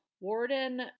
Warden